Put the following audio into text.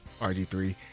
RG3